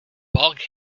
bulk